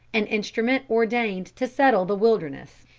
an instrument ordained to settle the wilderness.